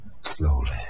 Slowly